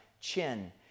chin